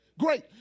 Great